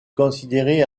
considérée